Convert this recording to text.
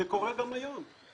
זה קורה גם היום.